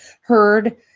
heard